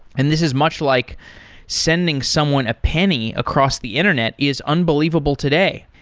and this is much like sending someone a penny across the internet is unbelievable today.